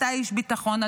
אתה איש ביטחון,